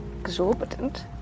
Exorbitant